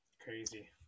Crazy